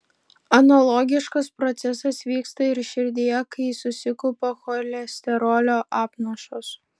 analogiškas procesas vyksta ir širdyje kai susikaupia cholesterolio apnašos